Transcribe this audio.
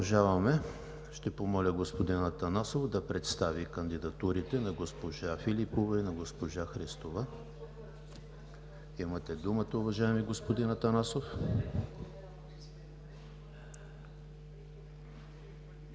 Ще помоля господин Атанасов да представи кандидатурите на госпожа Филипова и на госпожа Христова. Имате думата, уважаеми господин Атанасов.